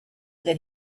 that